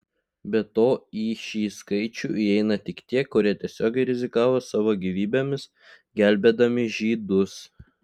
be to į šį skaičių įeina tik tie kurie tiesiogiai rizikavo savo gyvybėmis gelbėdami žydus